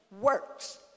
works